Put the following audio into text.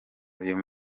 uyu